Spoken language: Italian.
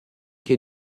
che